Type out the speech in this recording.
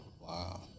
Wow